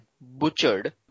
butchered